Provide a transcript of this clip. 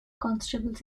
constables